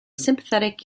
sympathetic